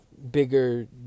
Bigger